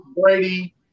Brady